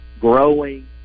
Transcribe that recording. growing